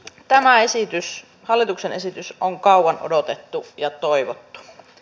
tämä hallituksen esitys on kauan odotettu ja toivottu